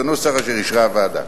בנוסח אשר אישרה הוועדה.